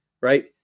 right